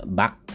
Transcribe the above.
back